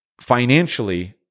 financially